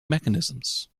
mechanisms